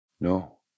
No